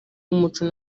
umuco